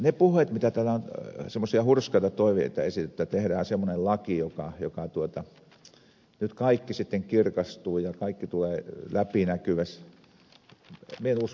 kun täällä on semmoisia hurskaita toiveita esitetty että tehdään semmoinen laki jossa nyt kaikki sitten kirkastuu ja kaikki tulee läpinäkyväksi minä en usko siihen